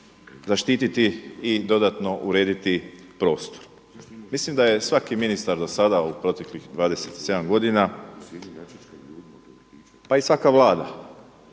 zaštititi i dodatno urediti prostor. Mislim da je svaki ministar do sada u proteklih 27 godina pa i svaka vlada